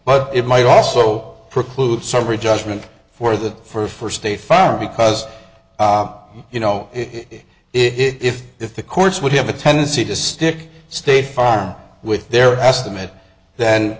but it might also preclude summary judgment for the for state farm because you know it if if the courts would have a tendency to stick state farm with their estimate then